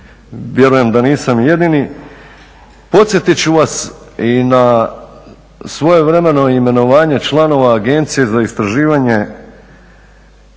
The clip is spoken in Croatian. vjerujem da nisam jedini, podsjetiti ću vas i na svojevremeno imenovanje članova Agencije za istraživanje